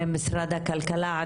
משרד הכלכלה,